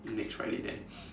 next Friday then